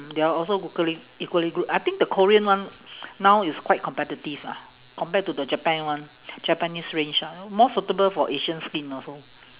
they're also equally equally good I think the korean one now is quite competitive ah compared to the japan one japanese range ah more suitable for asian skin also